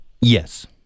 Yes